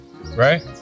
right